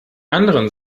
anderen